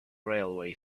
railway